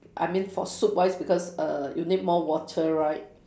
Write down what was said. I mean for soup wise because err you need more water right